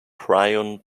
prion